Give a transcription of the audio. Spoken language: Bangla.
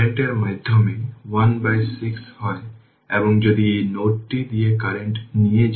সুতরাং এখানে ix একটি কারেন্ট বিভাগ